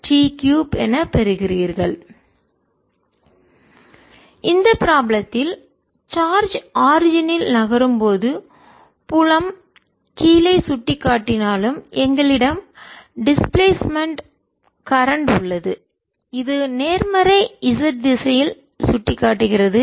14π0 qv2 ddt1t2z JD 12πqv2t3z இந்த ப்ராபளத்தில் charge ஆரிஜினில் நகரும் போது புலம் கீழே சுட்டிக்காட்டினாலும்எங்களிடம் டிஸ்பிளேஸ்மென்ட் இடப்பெயர்ச்சி கரண்ட்மின்னோட்டம் உள்ளது இது நேர்மறை z திசையில் சுட்டிக்காட்டுகிறது